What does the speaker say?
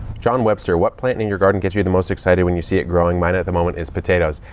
john webster what plant in your garden gets you the most excited when you see it growing? mine at the moment is potatoes.